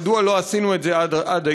מדוע לא עשו את זה עד היום?